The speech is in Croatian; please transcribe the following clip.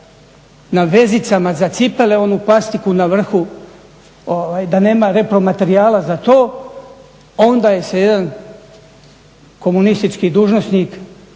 na vezicama za cipele onu plastiku na vrhu da nema repromaterijala za to onda se jedan komunistički dužnosnik